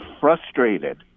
frustrated